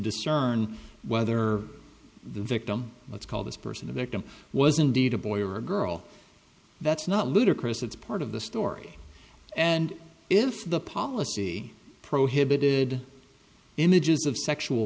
discern whether the victim let's call this person a victim was indeed a boy or a girl that's not ludicrous it's part of the story and if the policy prohibited images of sexual